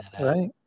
right